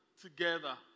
Together